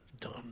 done